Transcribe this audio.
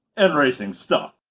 and racing stuff!